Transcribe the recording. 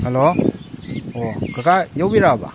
hello ꯑꯣ ꯀꯀꯥ ꯌꯧꯕꯤꯔꯛꯑꯕ